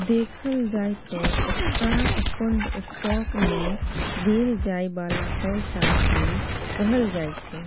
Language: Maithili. देखल जाइ त स्टाक फंड स्टॉक मे देल जाइ बाला पैसा केँ कहल जाइ छै